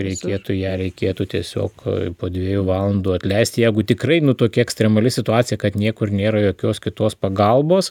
reikėtų ją reikėtų tiesiog po dviejų valandų atleisti jeigu tikrai nu tokia ekstremali situacija kad niekur nėra jokios kitos pagalbos